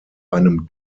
einem